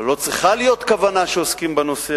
לא צריכה להיות כוונה שעוסקים בנושא